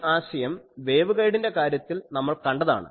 ആ ആശയം വേവ്ഗൈഡിന്റെ കാര്യത്തിൽ നമ്മൾ കണ്ടതാണ്